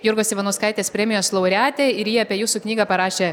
jurgos ivanauskaitės premijos laureatė ir ji apie jūsų knygą parašė